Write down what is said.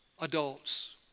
adults